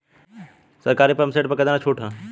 सरकारी pump set प कितना छूट हैं?